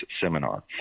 Seminar